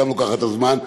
לוקחת זמן.